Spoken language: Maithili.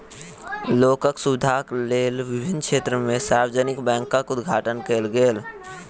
लोकक सुविधाक लेल विभिन्न क्षेत्र में सार्वजानिक बैंकक उद्घाटन कयल गेल